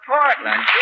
Portland